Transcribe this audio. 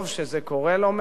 וזה קורה לא מעט פעמים,